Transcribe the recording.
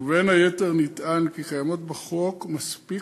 ובין היתר נטען כי קיימות בחוק מספיק